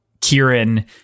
Kieran